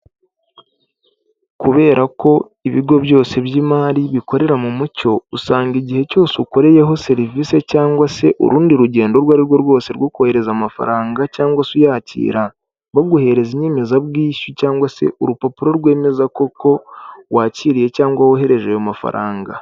Kubera ko ibigo byose by'imari bikorera mu mucyo, usanga igihe cyose ukoreyeho serivisi cyangwa se urundi rugendo urwo ari rwo rwose rwo kohereza amafaranga cyangwa se uyakira, baguhereza inyemezabwishyu cyangwa se urupapuro rwemeza koko wakiriye cyangwa wohereje ayo mafaranga.